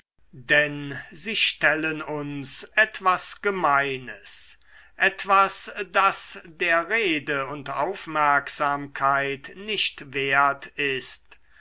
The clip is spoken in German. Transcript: denn sie stellen uns etwas gemeines etwas das der rede und aufmerksamkeit nicht wert ist